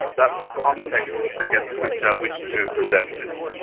that's the context against which i wish to present this.